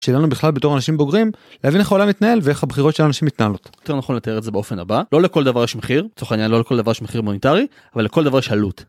שילמנו בכלל בתור אנשים בוגרים להבין איך העולם מתנהל ואיך הבחירות של אנשים מתנהלות. יותר נכון לתאר את זה באופן הבא, לא לכל דבר יש מחיר, לצורך העניין לא לכל דבר יש מחיר מוניטרי אבל לכל דבר יש עלות.